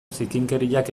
zikinkeriak